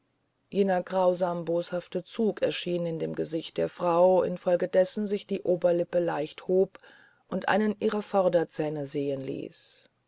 jener grausam boshafte zug erschien in dem gesicht der frau infolgedessen sich die oberlippe leicht hob und einen ihrer vorderzähne sehen ließ